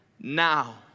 now